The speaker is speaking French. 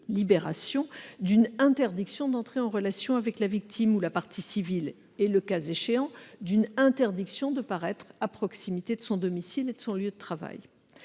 libération d'une interdiction d'entrer en relation avec la victime ou la partie civile et, le cas échéant, d'une interdiction de paraître à proximité de son domicile et de son lieu de travail.